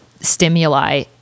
stimuli